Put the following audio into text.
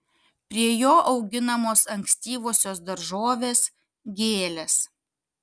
prie jo auginamos ankstyvosios daržovės gėlės